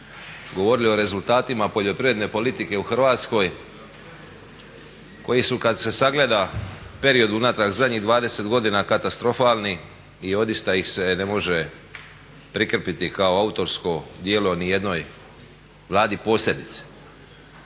govorili o rezultatima poljoprivredne politike u Hrvatskoj koji su kad se sagleda period unatrag zadnjih 20 godina katastrofalni i odista ih se ne može prikrpiti kao autorsko djelo nijednoj Vladi posebice.